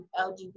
LGBT